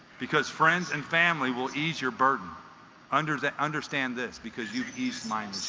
because friends and family will ease your burden under they understand this because you've each mine